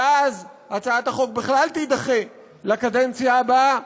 ואז הצעת החוק בכלל תידחה לקדנציה הבאה.